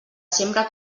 sembra